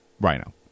Rhino